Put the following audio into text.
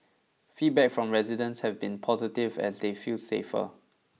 feedback from residents have been positive as they feel safer